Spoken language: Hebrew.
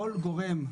כל גורם,